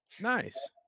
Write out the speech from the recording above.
Nice